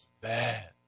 bad